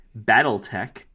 Battletech